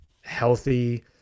healthy